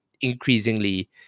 increasingly